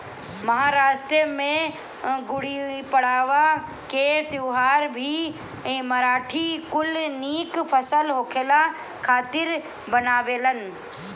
महाराष्ट्र में गुड़ीपड़वा के त्यौहार भी मराठी कुल निक फसल होखला खातिर मनावेलन